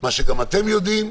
מה שגם אתם יודעים,